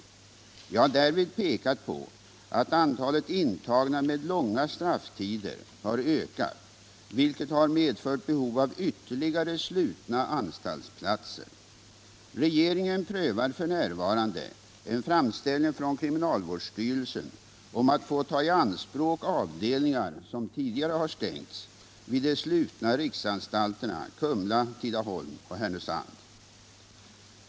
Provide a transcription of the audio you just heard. Jag har därvid pekat på att antalet intagna med långa strafftider har ökat, vilket har medfört behov av ytterligare slutna anstaltsplatser. Regeringen prövar f.n. en framställning från kriminalvårdsstyrelsen om att få ta i anspråk avdelningar, som tidigare har stängts, vid de slutna riksanstalterna Kumla, Tidaholm och Härnösand.